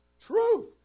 truth